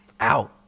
ow